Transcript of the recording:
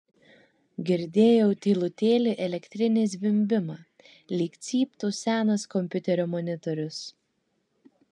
girdėjau tylutėlį elektrinį zvimbimą lyg cyptų senas kompiuterio monitorius